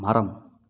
மரம்